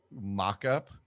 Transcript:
mock-up